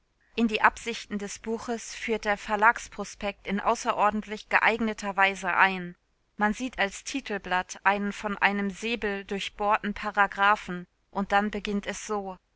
in die absichten des buches führt der verlagsprospekt in außerordentlich geeigneter weise ein man sieht als titelblatt einen von einem säbel durchbohrten paragraphen und dann beginnt es so